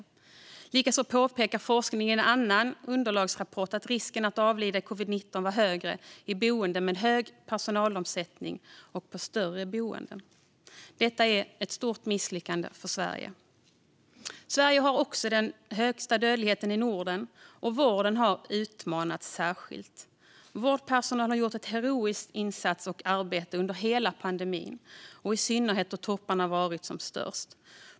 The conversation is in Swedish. Enligt en annan underlagsrapport visar forskning också att risken att avlida i covid-19 var högre på boenden med hög personalomsättning och på större boenden. Detta är ett stort misslyckande för Sverige. Sverige har också den högsta dödligheten i Norden, och vården har utmanats särskilt. Vårdpersonal har gjort en heroisk insats och ett heroiskt arbete under hela pandemin och i synnerhet då topparna varit som störst.